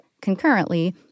concurrently